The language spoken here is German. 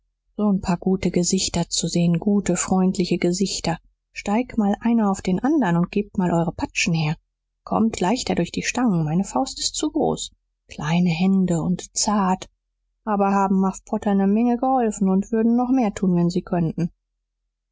so n paar gute gesichter zu sehen gute freundliche gesichter steigt mal einer auf den anderen und gebt mal eure patschen her kommt leichter durch die stangen meine faust ist zu groß kleine hände und zart aber haben muff potter ne menge geholfen und würden noch mehr tun wenn sie könnten